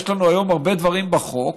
יש לנו היום הרבה דברים בחוק